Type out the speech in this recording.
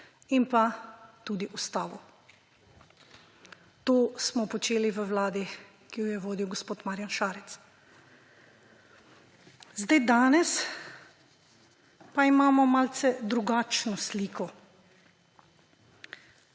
in tudi ustavo. To smo počeli v vladi, ki jo je vodil gospod Marjan Šarec. Danes pa imamo malce drugačno sliko.